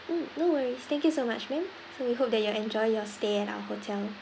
mm no worries thank you so much ma'am so we hope that you enjoy your stay at our hotel